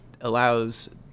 allows